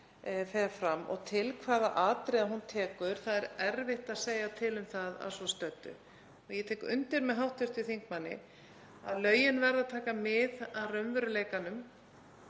og til hvaða atriða hún tekur, það er erfitt að segja til um að svo stöddu. Ég tek undir með hv. þingmanni að lögin verða að taka mið af raunveruleikanum.